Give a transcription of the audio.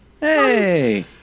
Hey